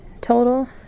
total